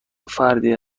فردی